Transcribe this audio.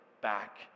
back